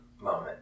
moment